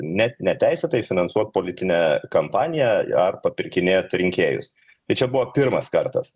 net neteisėtai finansuot politinę kampaniją ar papirkinėt rinkėjus tai čia buvo pirmas kartas